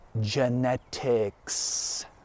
Genetics